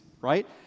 right